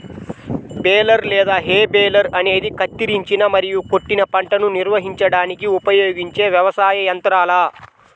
baler లేదా hay baler అనేది కత్తిరించిన మరియు కొట్టిన పంటను నిర్వహించడానికి ఉపయోగించే వ్యవసాయ యంత్రాల